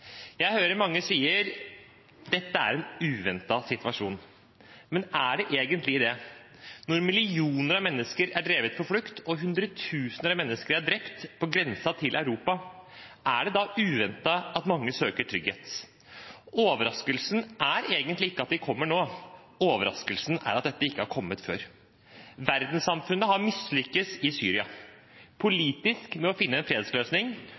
Jeg hører mange sier at dette er en uventet situasjon. Men er det egentlig det når millioner av mennesker er drevet på flukt og hundretusener av mennesker er drept på grensen til Europa? Er det da uventet at mange søker trygghet? Overraskelsen er egentlig ikke at de kommer nå. Overraskelsen er at dette ikke har kommet før. Verdenssamfunnet har mislyktes i Syria, politisk med å finne en fredsløsning,